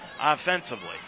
offensively